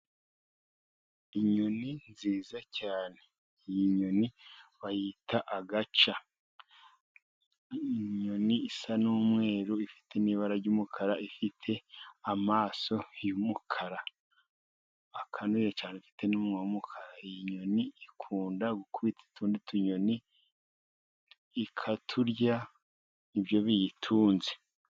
Inyoni nziza cyane. Iyi nyoni bayita agaca. Inyoni isa n'umweru, ifite n'ibara ry'umukara, ifite amaso y'umukara akanuye cyane, Ifite n'umunwa w'umukara. Iyi nyoni ikunda gukubita utundi tunyoni, ikaturya nibyo biyitunze.